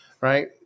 right